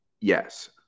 Yes